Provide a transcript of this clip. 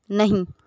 नहीं